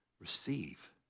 receive